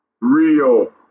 real